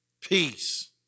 peace